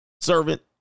servant